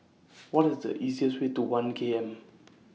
What IS The easiest Way to one K M